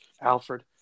Alfred